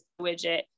widget